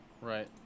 Right